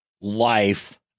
life